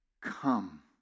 come